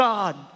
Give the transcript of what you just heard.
God